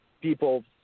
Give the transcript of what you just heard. people